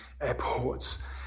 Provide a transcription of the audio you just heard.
airports